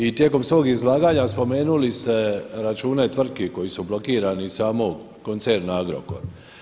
I tijekom svog izlaganja spomenuli ste račune tvrtki koji su blokirani samo koncern Agrokor.